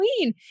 queen